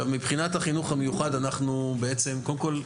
מבחינת החינוך המיוחד קודם כל,